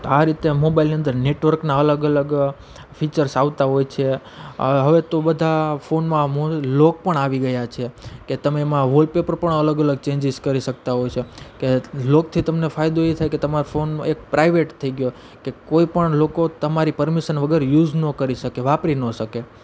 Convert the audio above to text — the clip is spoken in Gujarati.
તો આ રીતે મોબાઇલની અંદર નેટવર્કના અલગ અલગ ફીચર્સ આવતા હોય છે હવે તો બધા ફોનમાં લોક પણ આવી ગયા છે કે તમે એમાં વોલપેપર પણ અલગ અલગ ચેન્જીસ કરી શકતા હોય છો કે લોકથી તમને ફાયદો એ થાય કે તમારો ફોન એક પ્રાઇવેટ થઈ ગ્યો કે કોઈપણ લોકો તમારી પરમીશન વગર યુસ ન કરી શકે વાપરી ન શકે